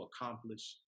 accomplish